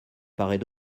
paraît